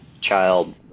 child